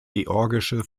georgische